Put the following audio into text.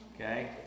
okay